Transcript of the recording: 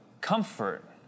comfort